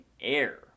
air